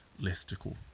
listicle